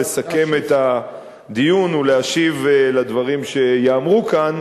לסכם את הדיון ולהשיב על דברים שייאמרו כאן,